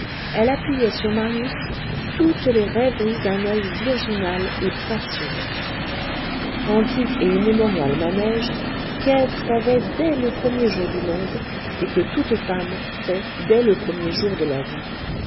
elle appuyait sur marius toutes les rêveries d'un oeil virginal et passionné antique et immémorial manège qu'ève savait dès le premier jour du monde et que toute femme sait dès le premier jour de la vie